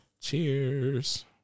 Cheers